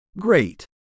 Great